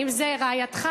אם זאת רעייתך,